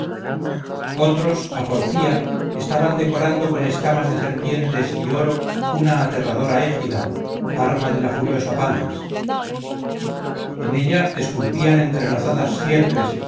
otros a porfía estaban decorando con escamas de serpientes y oro una aterradora égida arma de la furiosa palas en ella esculpían entrelazadas sierpes y